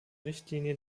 richtlinie